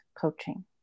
coaching